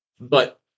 But-